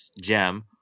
Gem